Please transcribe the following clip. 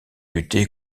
lutter